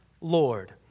Lord